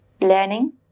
learning